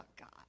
God